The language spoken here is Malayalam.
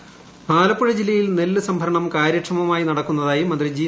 സുധാകരൻ ആലപ്പുഴ ജില്ലയിൽ നെല്ല് സംഭരണം കാര്യക്ഷമമായി നടക്കുന്നതമാ മന്ത്രി ജി